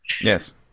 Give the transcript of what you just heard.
Yes